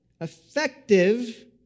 effective